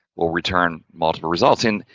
will return multiple results in,